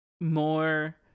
more